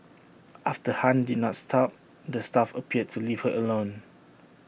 after han did not stop the staff appeared to leave her alone